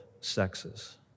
sexes